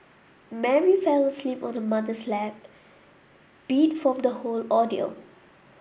Mary fell asleep on her mother's lap beat from the whole ordeal